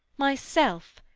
myself,